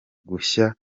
gushya